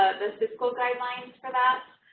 the fiscal guidelines for that.